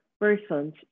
persons